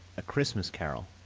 a christmas carol,